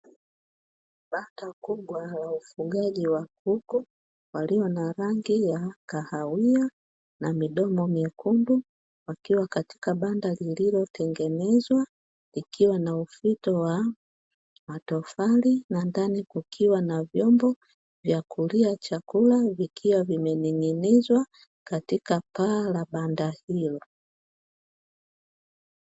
Banda kubwa la ufugaji wa kuku walio na rangi ya kahawia na midomo myekundu wakiwa katika banda lililotengenezwa ikiwa na ufito wa matofali na ndani kukiwa na vyombo vya kulia chakula vikiwa vimening'inizwa katika paa la banda hilo.